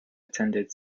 attended